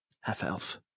half-elf